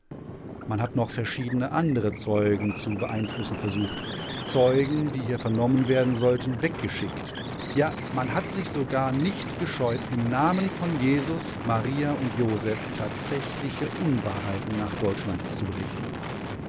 man hat noch verschiedene andere zeugen zu beeinflussen gesucht zeugen die hier vernommen werden sollten weggeschickt ja man hat sich sogar nicht gescheut im namen von jesus maria und joseph tatsächliche unwahrheiten nach deutschland zu berichten